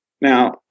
Now